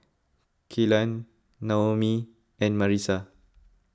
Kelan Noemie and Marisa